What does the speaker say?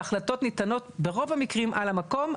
וההחלטות ניתנות, ברוב המקרים, על המקום.